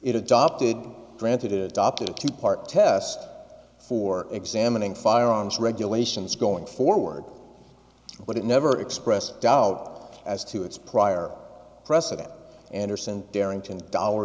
it adopted granted it opted to part test for examining firearms regulations going forward but it never expressed doubt as to its prior precedent anderson derrington dollar